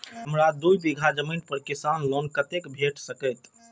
हमरा दूय बीगहा जमीन पर किसान लोन कतेक तक भेट सकतै?